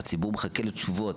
הציבור מחכה לתשובות.